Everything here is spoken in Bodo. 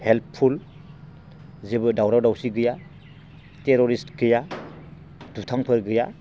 हेल्पफुल जेबो दावराव दावसि गैया टेर'रिस्ट गैया दुथांफोर गैया